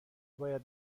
باید